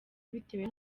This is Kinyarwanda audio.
bitewe